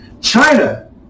China